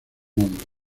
nombre